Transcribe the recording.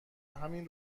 همین